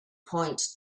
point